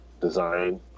design